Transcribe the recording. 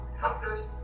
helpless